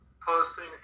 posting